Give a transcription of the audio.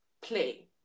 play